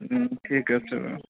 ঠিক আছে বাৰু